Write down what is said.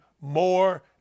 more